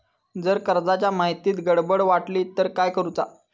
जर कर्जाच्या माहितीत गडबड वाटली तर काय करुचा?